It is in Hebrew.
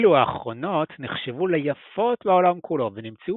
אלו האחרונות נחשבו ל"יפות בעולם כולו" ונמצאו